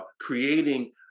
creating